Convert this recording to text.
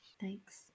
Thanks